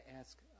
ask